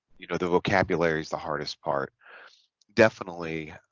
you know the vocabulary is the hardest part definitely